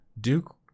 Duke